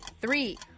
three